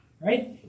right